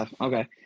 Okay